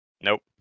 Nope